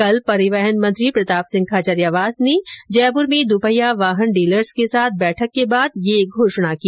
कल परिवहन मंत्री प्रताप सिंह खाचरियावास ने जयपुर में दुपहिया वाहन डीलर्स के साथ बैठक के बाद ये घोषणा की